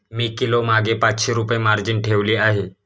मी किलोमागे पाचशे रुपये मार्जिन ठेवली आहे